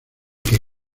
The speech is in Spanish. que